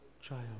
child